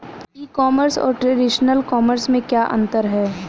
ई commerce और traditional commerce में क्या अंतर है?